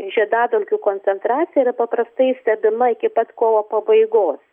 žiedadulkių koncentracija yra paprastai stebima iki pat kovo pabaigos